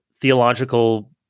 theological